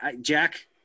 Jack